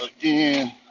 Again